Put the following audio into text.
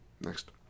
next